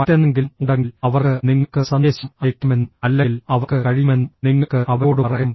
മറ്റെന്തെങ്കിലും ഉണ്ടെങ്കിൽ അവർക്ക് നിങ്ങൾക്ക് സന്ദേശം അയയ്ക്കാമെന്നും അല്ലെങ്കിൽ അവർക്ക് കഴിയുമെന്നും നിങ്ങൾക്ക് അവരോട് പറയാം